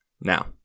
Now